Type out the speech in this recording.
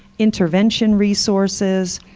intervention resources,